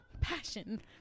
passion